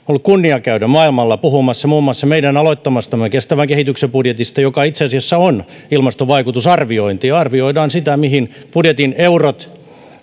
on ollut kunnia käydä maailmalla puhumassa muun muassa meidän aloittamastamme kestävän kehityksen budjetista joka itse asiassa on ilmastovaikutusten arviointi arvioidaan sitä mihin budjetin eurot